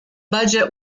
budget